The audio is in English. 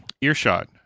earshot